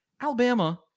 Alabama